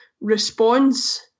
response